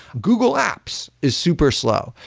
google apps is super slow.